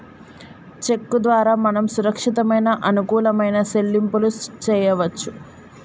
చెక్కు ద్వారా మనం సురక్షితమైన అనుకూలమైన సెల్లింపులు చేయవచ్చు